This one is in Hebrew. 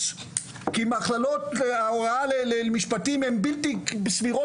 זה היה בהר הרצל למול קברו.